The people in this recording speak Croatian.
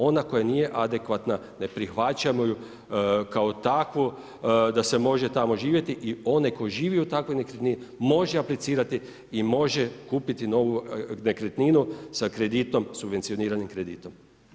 Ona koja nije adekvatna ne prihvaćamo ju kao takvu da se može tamo živjeti i onaj tko živi u takvoj nekretnini može aplicirati i može kupiti novu nekretninu sa kreditom subvencioniranim kreditom.